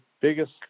biggest